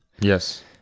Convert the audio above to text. yes